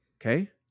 Okay